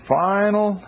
final